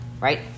right